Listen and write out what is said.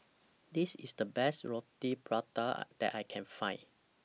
This IS The Best Roti Prata that I Can Find